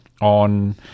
on